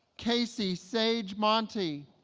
casey sage monti